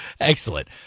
Excellent